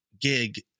gig